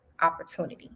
opportunity